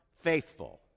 faithful